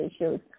issues